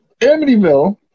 Amityville